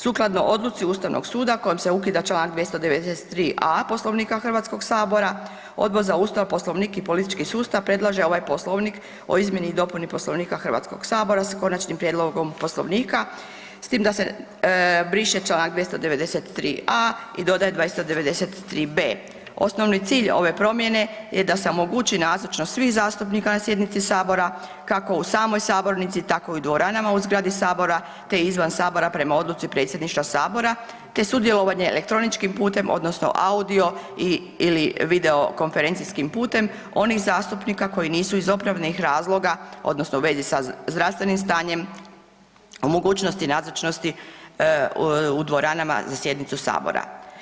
Sukladno odluci Ustavnog suda kojom se ukida čl. 293.a Poslovnika HS-a Odbor za Ustav, Poslovnik i politički sustav predlaže ovaj Poslovnik o izmjeni i dopuni Poslovnika HS-a s Konačnim prijedlogom Poslovnika s tim da se briše čl. 293.a i dodaje 293.b. Osnovni cilj ove promjene da se omogući nazočnost svih zastupnika na sjednici Sabora kako u samoj sabornici tako i u dvoranama u zgradi Sabora te izvan Sabora prema odluci Predsjedništva Sabora te sudjelovanje elektroničkim putem odnosno audio ili video konferencijskim putem onim zastupnika koji nisu iz opravdanih razloga odnosno u vezi sa zdravstvenim stanjem u mogućnosti nazočiti u dvoranama za sjednicu Sabora.